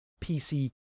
PC